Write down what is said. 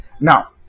now